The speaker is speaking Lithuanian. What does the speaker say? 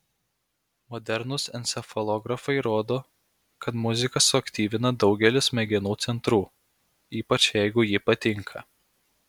modernūs encefalografai rodo kad muzika suaktyvina daugelį smegenų centrų ypač jeigu ji patinka